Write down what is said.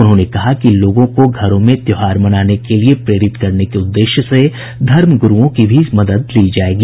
उन्होंने कहा कि लोगों को घरों में त्योहार मनाने के लिए प्रेरित करने के उद्देश्य से धर्म गुरूओं की भी मदद ली जायेगी